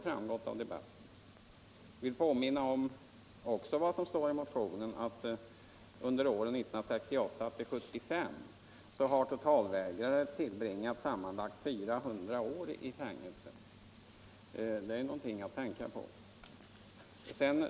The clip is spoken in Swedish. Jag påminner om vad som står i motionen, att under åren 1968-1975 har totalvägrare tillbringat sammanlagt 400 år i fängelse. Det är något att tänka på.